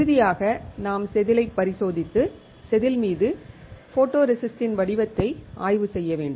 இறுதியாக நாம் செதிலைப் பரிசோதித்து செதில் மீது போட்டோரெசிஸ்டின் வடிவத்தை ஆய்வு செய்ய வேண்டும்